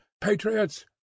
patriots